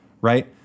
right